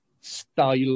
style